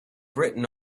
written